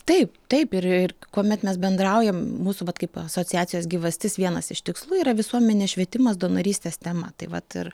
taip taip ir ir kuomet mes bendraujam mūsų vat kaip asociacijos gyvastis vienas iš tikslų yra visuomenės švietimas donorystės tema tai vat ir